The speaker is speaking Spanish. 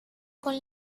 con